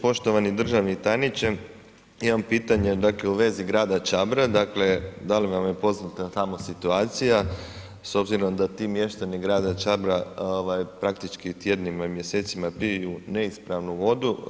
Poštovani državni tajniče imam pitanje dakle u vezi grada Čabra, dakle da li vam je poznata tamo situacija s obzirom da ti mještani grada Čabra ovaj praktički tjednima i mjesecima piju neispravnu vodu.